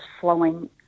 flowing